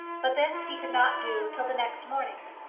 but this he could not do till the next morning.